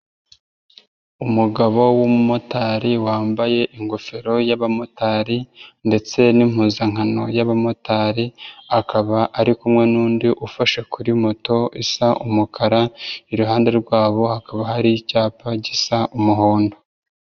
Umugabo w'umumotari wambaye ingofero y'abamotari ndetse n'impuzankano y'abamotari, akaba ari kumwe nundi ufashe kuri moto isa umukara, iruhande rwabo hakaba hari icyapa gisa umuhondo.